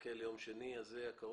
נחכה ליום שני הקרוב,